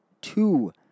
two